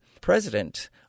president